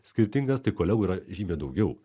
skirtingas tai kolegų yra žymiai daugiau